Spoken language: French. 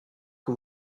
que